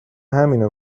همینو